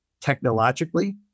technologically